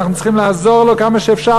אנחנו צריכים לעזור לו כמה שאפשר.